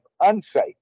unsafe